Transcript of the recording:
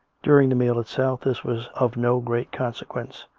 during the meal itself this was of no great consequence,